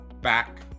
back